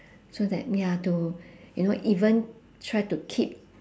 so that ya to you know even try to keep